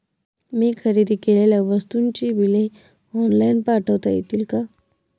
मी खरेदी केलेल्या वस्तूंची बिले ऑनलाइन पाठवता येतील का?